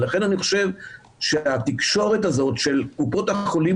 לכן אני חושב שהתקשורת הזאת של קופות החולים